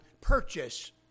purchase